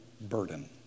burden